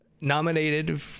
nominated